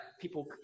People